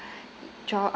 draw